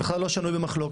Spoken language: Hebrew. זה בכלל לא שנוי במחלוקת.